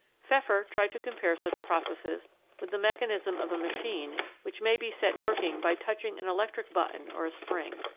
pfeffer tried to compare such processes with the mechanism of a machine which may be set working by touching an electric button or a spring.